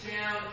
down